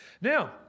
Now